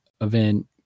event